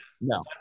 No